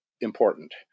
important